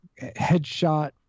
headshot